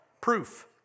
proof